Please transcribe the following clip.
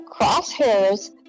crosshairs